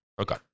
Okay